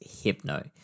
Hypno